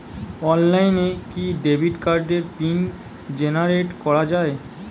অনলাইনে কি ডেবিট কার্ডের পিন জেনারেট করা যায়?